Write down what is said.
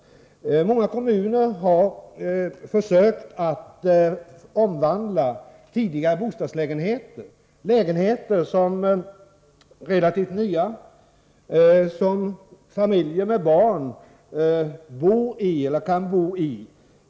Många kommuner har försökt att omvandla tidigare bostadslägenheter, relativt nya lägenheter som familjer med barn kan bo i.